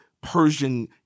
Persian